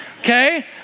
Okay